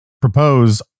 propose